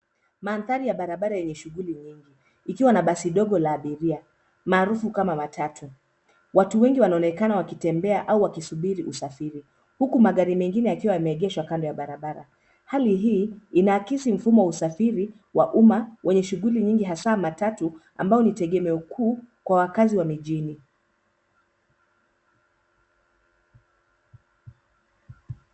Mandhari ya barabara yenye shughuli nyingi ikiwa na basi dogo la abiria maarufu kama matatu. Watu wengi wanaonekana wakitembea au wakisubiri usafiri huku magari mengine yakiwa yameegeshwa kando ya barabara. Hali hii inaakisi mfumo wa usafiri wa umma wenye shughuli nyingi hasa matatu ambao ni tegemeo kuu kwa wakazi wa mijini.